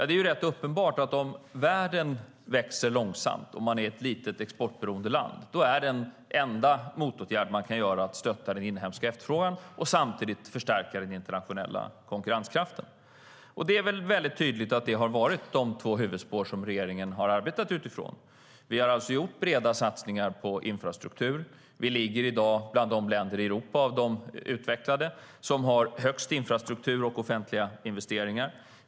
Det är rätt uppenbart att den enda motåtgärd man kan vidta om världen växer långsamt och man är ett litet, exportberoende land är att stötta den inhemska efterfrågan och samtidigt förstärka den internationella konkurrenskraften. Det är väldigt tydligt att det har varit de två huvudspår regeringen har arbetat utifrån. Vi har gjort breda satsningar på infrastruktur. Vi ligger i dag bland de utvecklade länder i Europa som har högst infrastruktur och offentliga investeringar.